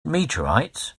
meteorites